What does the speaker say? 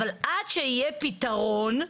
אבל עד שיהיה פתרון,